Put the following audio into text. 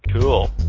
Cool